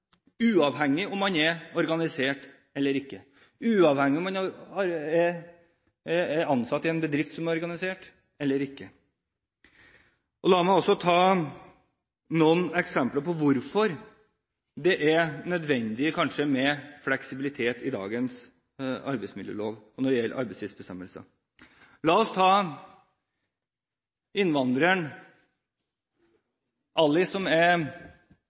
uavhengig av om man er organisert eller ikke, uavhengig av om man er ansatt i en bedrift som er organisert eller ikke. La meg også ta noen eksempler på hvorfor det kanskje er nødvendig med fleksibilitet i dagens arbeidsmiljølov, også når det gjelder arbeidstidsbestemmelser. La oss ta innvandreren Ali, som jobber på en bensinstasjon eller i en kiosk hver søndag. Han er